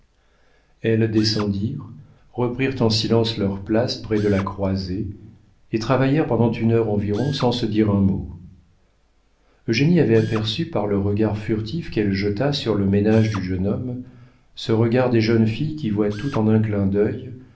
elles descendirent reprirent en silence leurs places près de la croisée et travaillèrent pendant une heure environ sans se dire un mot eugénie avait aperçu par le regard furtif qu'elle jeta sur le ménage du jeune homme ce regard des jeunes filles qui voient tout en un clin d'œil